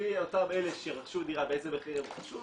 לפי אותם אלה שרכשו דירה, באיזה מחיר הם רכשו